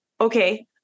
okay